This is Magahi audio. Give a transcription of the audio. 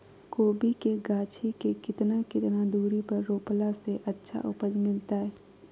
कोबी के गाछी के कितना कितना दूरी पर रोपला से अच्छा उपज मिलतैय?